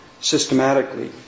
systematically